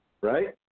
right